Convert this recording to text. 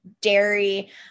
dairy